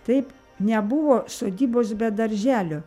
taip nebuvo sodybos be darželio